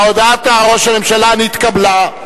הודעת ראש הממשלה נתקבלה.